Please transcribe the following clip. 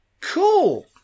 cool